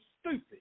stupid